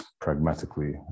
pragmatically